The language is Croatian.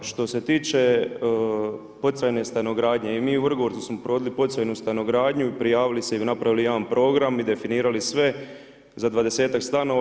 Što se tiče poticajne stanogradnje i mi u Vrgorcu smo provodili poticajnu stanogradnju i prijavili se i napravili jedan program i definirali sve za dvadesetak stanova.